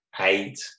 eight